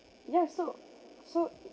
ya so so